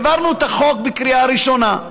העברנו את החוק בקריאה ראשונה,